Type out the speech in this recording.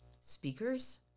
speakers